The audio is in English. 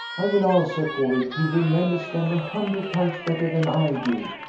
i will answer for it, he remembers them a hundred times better than i do.